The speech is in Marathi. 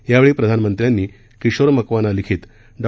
यावेळी प्रधानमंत्र्यांनी किशोर मकवाना लिखित डॉ